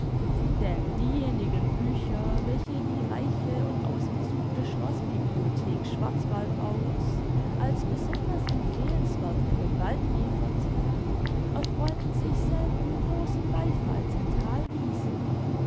denn diejenigen bücher welche die reiche und ausgesuchte schloßbibliothek schwarzwaldau's als besonders empfehlenswerth in den wald lieferte erfreuten sich selten großen beifalls in